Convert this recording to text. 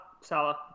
Salah